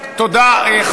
תודה רבה.